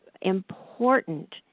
important